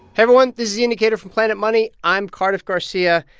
everyone. this is the indicator from planet money. i'm cardiff garcia.